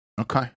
Okay